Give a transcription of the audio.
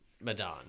Madan